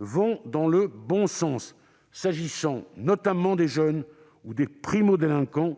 vont dans le bon sens. S'agissant notamment des jeunes ou des primo-délinquants,